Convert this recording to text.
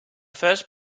first